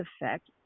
effect